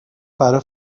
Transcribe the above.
برا